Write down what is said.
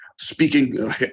speaking